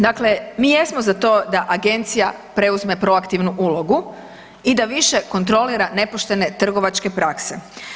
Dakle, mi jesmo za to da agencija preuzme proaktivnu ulogu i da više kontrolira nepoštene trgovačke prakse.